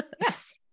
Yes